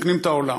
מתקנים את העולם.